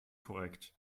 korrekt